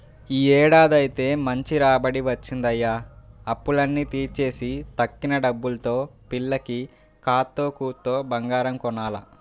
యీ ఏడాదైతే మంచి రాబడే వచ్చిందయ్య, అప్పులన్నీ తీర్చేసి తక్కిన డబ్బుల్తో పిల్లకి కాత్తో కూత్తో బంగారం కొనాల